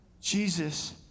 Jesus